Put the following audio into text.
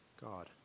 God